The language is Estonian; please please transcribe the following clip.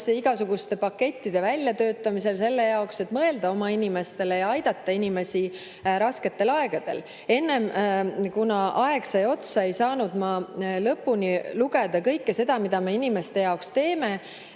igasuguste pakettide väljatöötamisel selle jaoks, et mõelda oma inimestele, aidata inimesi rasketel aegadel. Kuna enne aeg sai otsa, ei saanud ma lõpuni üles lugeda kõike seda, mida me inimeste jaoks teeme.